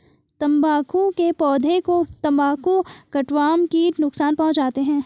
तंबाकू के पौधे को तंबाकू कटवर्म कीट नुकसान पहुंचाते हैं